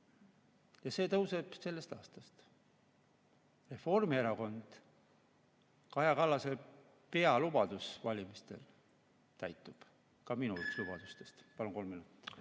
ja see tõuseb sellest aastast. Reformierakonna, Kaja Kallase pealubadus valimistel täitub, ka minu üks lubadustest. Palun kolm minutit.